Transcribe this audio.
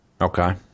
Okay